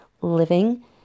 living